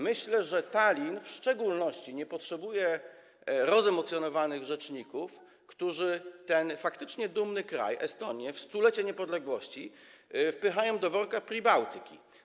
Myślę, że Tallin w szczególności nie potrzebuje rozemocjonowanych rzeczników, którzy ten faktycznie dumny kraj, Estonię, w stulecie niepodległości wpychają do worka Pribałtiki.